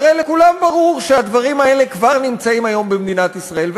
הרי לכולם ברור שהדברים האלה כבר נמצאים היום במדינת ישראל,